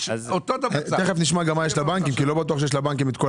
תכף נשמע מה יש לבנקים להגיד,